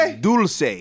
Dulce